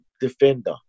defender